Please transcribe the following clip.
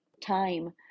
time